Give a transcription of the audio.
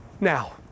Now